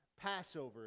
Passover